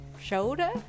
shoulder